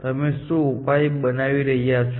તમે શું ઉપાય બનાવી રહ્યા છો